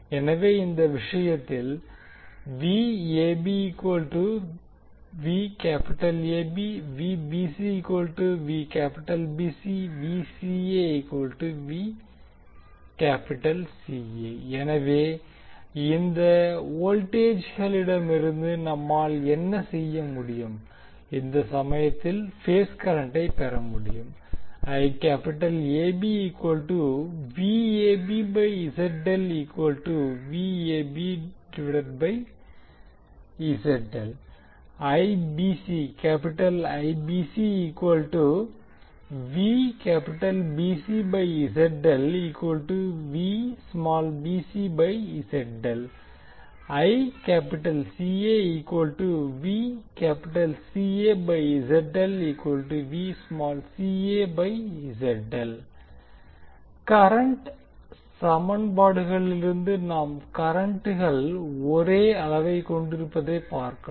எனவே இந்த சமயத்தில் எனவே இந்த வோல்டேஜ்களிடமிருந்து நம்மால் என்ன செய்ய முடியும் இந்த சமயத்தில் பேஸ் கரண்டை பெற முடியும் கரண்ட் சமன்பாடுகளிலிருந்து நாம் கரண்ட்கள் ஒரே அளவை கொண்டிருப்பதை பார்க்கலாம்